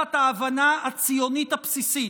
תחת ההבנה הציונית הבסיסית,